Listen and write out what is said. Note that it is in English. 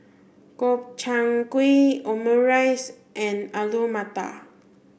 Gobchang Gui Omurice and Alu Matar